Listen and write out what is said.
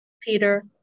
Peter